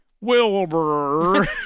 Wilbur